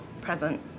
present